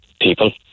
people